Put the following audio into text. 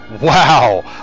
Wow